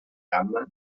gamma